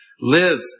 Live